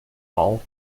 all